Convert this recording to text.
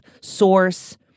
source